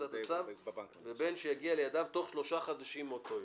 הוצאת הצו ובין שיגיע לידיו תוך שלושה חודשים או קודם".